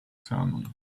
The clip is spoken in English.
salmon